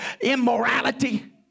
immorality